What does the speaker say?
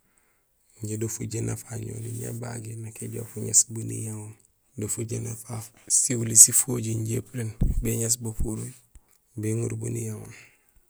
Injé do fujééna fafu ñoni ñabagiir nak ijoow fuŋéés bo niyaŋoom; fujééna fafu siwuli sifojiir injé puréén béŋéés bupuruuj béŋorul bon niyaŋoom.